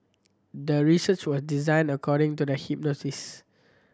the research was designed according to the hypothesis